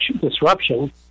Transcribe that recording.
disruption